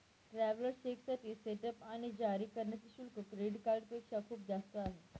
travellers चेकसाठी setup आणि जारी करण्याचे शुल्क क्रेडिट कार्डपेक्षा खूप जास्त आहे